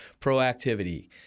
proactivity